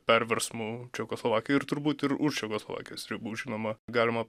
perversmų čekoslovakoj ir turbūt ir už čekoslovakijos ribų žinoma galima